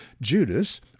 Judas